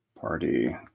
Party